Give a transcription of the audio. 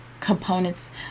components